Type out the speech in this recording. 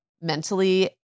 mentally